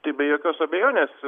tai be jokios abejonės